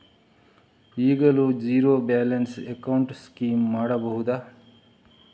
ಈಗಲೂ zero balance account scheme ಮಾಡಬಹುದಾ?